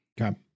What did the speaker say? Okay